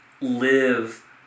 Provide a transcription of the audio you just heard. live